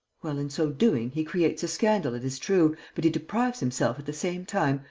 well, in so doing, he creates a scandal, it is true, but he deprives himself, at the same time,